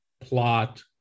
plot